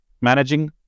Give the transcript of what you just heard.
managing